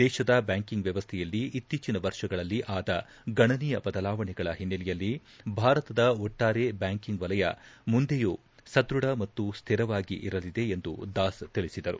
ದೇಶದ ಬ್ಯಾಂಕಿಂಗ್ ವ್ಯವಸ್ಥೆಯಲ್ಲಿ ಇತ್ತೀಚಿನ ವರ್ಷಗಳಲ್ಲಿ ಆದ ಗಣನೀಯ ಬದಲಾವಣೆಗಳ ಹಿನ್ನೆಲೆಯಲ್ಲಿ ಭಾರತದ ಒಟ್ಟಾರೆ ಬ್ಯಾಂಕಿಂಗ್ ವಲಯ ಮುಂದೆಯೂ ಸದೃಢ ಮತ್ತು ಸ್ಥಿರವಾಗಿ ಇರಲಿದೆ ಎಂದು ದಾಸ್ ತಿಳಿಸಿದರು